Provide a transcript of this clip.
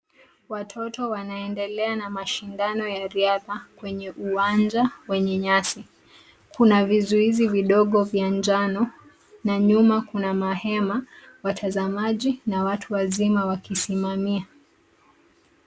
Watoto wanaendelea na mashindano ya riadha kwenye uwanja wenye nyasi. Kuna vizuizi vidogo vya njano na nyuma kuna mahema , watazamaji na watu wazima wakisimamia.